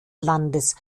landes